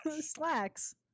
Slacks